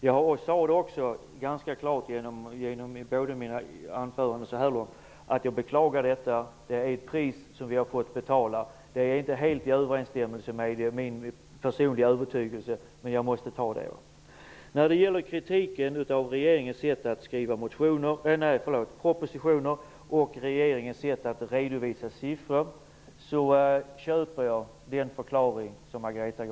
Jag sade också ganska klart i mina anföranden att jag beklagar detta, men att det är ett pris som vi fått betala. Det är inte helt i överensstämmelse med min personliga övertygelse, men jag måste acceptera det. Den förklaring som Margareta Winberg lämnade vad gäller kritiken av regeringens sätt att skriva propositioner och dess sätt att redovisa siffror accepterar jag.